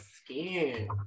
skin